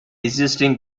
existing